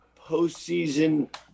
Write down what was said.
postseason